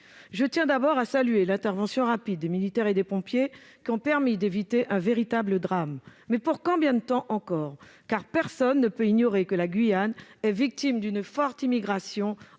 Je tiens d'abord à saluer l'intervention rapide des militaires et des pompiers, qui ont permis d'éviter un véritable drame ; mais pour combien de temps encore ? Personne ne peut ignorer que la Guyane est victime d'une forte immigration,